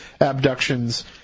abductions